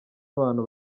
abantu